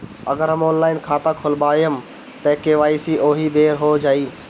अगर हम ऑनलाइन खाता खोलबायेम त के.वाइ.सी ओहि बेर हो जाई